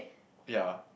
yea